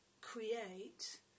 create